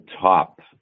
top